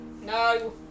No